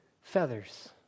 Feathers